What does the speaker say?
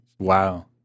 Wow